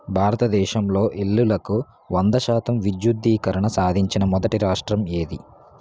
భారతదేశంలో ఇల్లులకు వంద శాతం విద్యుద్దీకరణ సాధించిన మొదటి రాష్ట్రం ఏది?